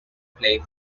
play